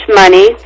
money